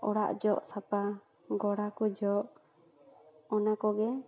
ᱚᱲᱟᱜ ᱡᱚᱜ ᱥᱟᱯᱷᱟ ᱜᱚᱲᱟ ᱠᱚ ᱡᱚᱜ ᱚᱱᱟ ᱠᱚᱜᱮ